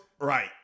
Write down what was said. Right